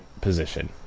position